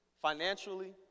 financially